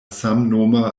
samnoma